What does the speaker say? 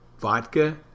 vodka